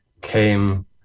came